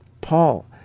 Paul